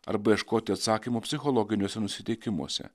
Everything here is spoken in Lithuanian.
arba ieškoti atsakymų psichologiniuose nusiteikimuose